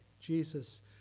Jesus